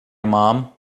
mom